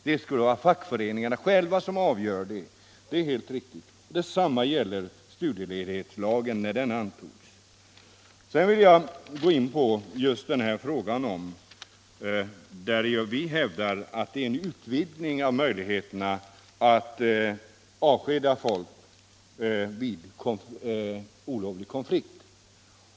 Det borde vara fackföreningarna själva som avgör detta. Detsamma gäller studieledighetslagen. Vi hävdar att det här lagförslaget innebär en utvidgning av möjligheterna att avskeda folk vid olovlig konflikt.